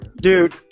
Dude